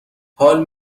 حال